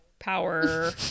power